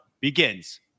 begins